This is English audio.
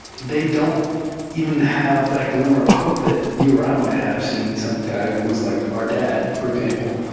they don't even have that gl immer of hope that you or i might have seeing some guy who looks like our dad, for example,